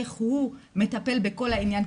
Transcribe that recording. איך הוא מטפל בכל העניין,